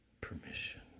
permission